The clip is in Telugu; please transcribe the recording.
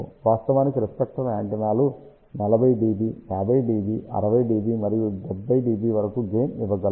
వాస్తవానికి రిఫ్లెక్టర్ యాంటెన్నాలు 40 dB 50 dB 60 dB మరియు 70 dB వరకు గెయిన్ ఇవ్వగలవు